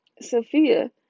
Sophia